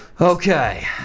Okay